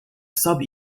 sub